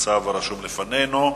המצב הרשום לפנינו.